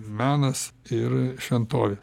menas ir šventovė